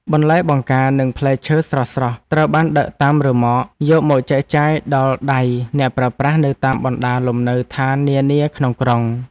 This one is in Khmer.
បន្លែបង្ការនិងផ្លែឈើស្រស់ៗត្រូវបានដឹកតាមរ៉ឺម៉កយកមកចែកចាយដល់ដៃអ្នកប្រើប្រាស់នៅតាមបណ្ដាលំនៅឋាននានាក្នុងក្រុង។